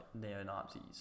neo-Nazis